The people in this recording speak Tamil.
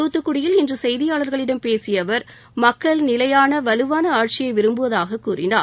தூத்துக்குடியில் இன்று செய்தியாளர்களிடம் பேசிய அவர் மக்கள் நிலையான வலுவான ஆட்சியை விரும்புவதாகக் கூறினார்